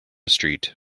street